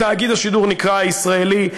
תאגיד השידור נקרא "הישראלי",